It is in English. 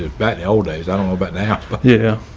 bad old days, i don't know about now. but yeah.